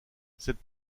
cette